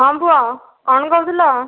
ହଁ ପୁଅ କଣ କହୁଥିଲ